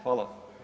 Hvala.